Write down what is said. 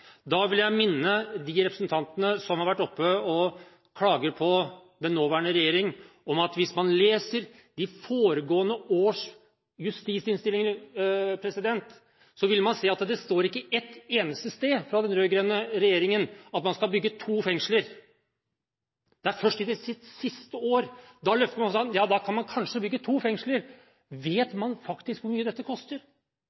Jeg vil minne de representantene som har vært oppe og klaget på den nåværende regjering om at hvis man leser de foregående års justisinnstillinger, vil man se at det sies ikke ett eneste sted fra den rød-grønne regjeringen at man skal bygge to fengsler. Det er først i sitt siste år man løfter seg – ja, da kan man kanskje bygge to fengsler. Vet